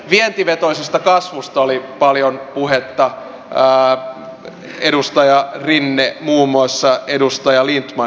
vientivetoisesta kasvusta oli paljon puhetta muun muassa edustaja rinne ja edustaja lindtman puhuivat tästä